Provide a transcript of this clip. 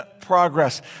progress